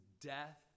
death